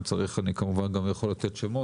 אם צריך אוכל גם לתת שמות.